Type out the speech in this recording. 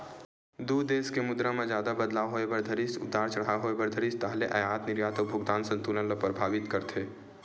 दू देस के मुद्रा म जादा बदलाव होय बर धरिस उतार चड़हाव होय बर धरिस ताहले अयात निरयात अउ भुगतान संतुलन ल परभाबित करथे